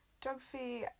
geography